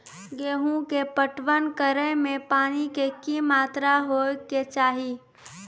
गेहूँ के पटवन करै मे पानी के कि मात्रा होय केचाही?